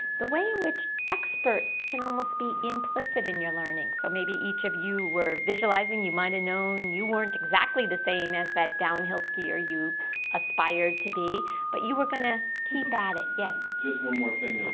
the way in which experts can almost be implicit in your learning. so maybe each of you were visualizing. you might have known you weren't exactly the same as that downhill skier you aspired to be but you were going to keep at it. yes? peter just one more thing